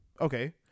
Okay